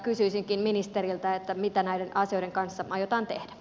kysyisinkin ministeriltä mitä näiden asioiden kanssa aiotaan tehdä